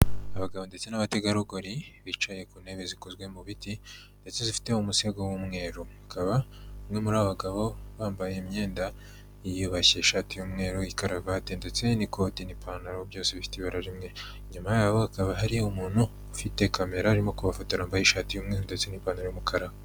Abagabo ndetse n'abategarugori, bicaye ku ntebe zikozwe mu biti ndetse zifitemo umusego w'umweru, hakaba umwe muri abo bagabo yambaye imyenda yiyubashye, ishati y'umweru, karuvati ndetse n'ikoti n'ipantaro byose bifite ibara rimwe. Inyuma yabo hakaba hari umuntu ufite kamera arimo kubafotora, wambaye ishati y'umweru ndetse n'ipantaro y'umukara.